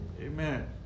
Amen